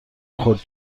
خود